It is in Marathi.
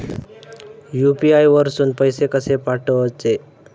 यू.पी.आय वरसून पैसे कसे पाठवचे?